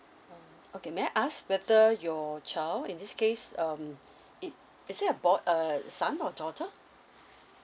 okay may I ask whether your child in this case um it is it a bo~ uh son or daughter